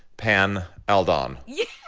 pam aldon yes